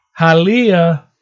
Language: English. Halea